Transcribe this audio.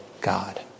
God